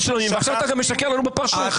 שלמים ועכשיו אתה גם משקר לנו בפרצוף.